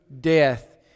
death